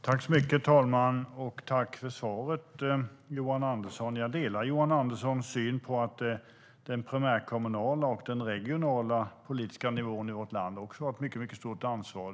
Herr talman! Tack för svaret, Johan Andersson! Jag delar Johan Anderssons syn att den primärkommunala och den regionala politiska nivån i vårt land också har ett mycket stort ansvar.